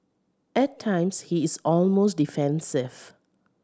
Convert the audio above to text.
at times he is almost defensive